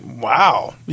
wow